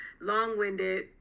long-winded